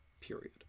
Period